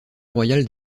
royale